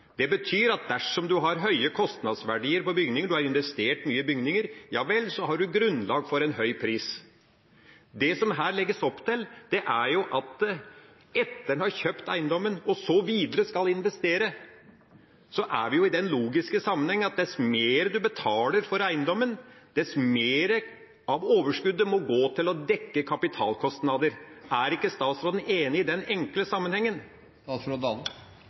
Det betyr at dersom en har høye kostnadsverdier på bygninger, at en har investert mye i bygninger, ja vel, så har en grunnlag for en høy pris. Det som her legges opp til, er at etter at en har kjøpt eiendommen og videre skal investere, har vi den logiske sammenheng at dess mer en betaler for eiendommen, dess mer av overskuddet må gå til å dekke kapitalkostnader. Er ikke statsråden enig i den enkle sammenhengen?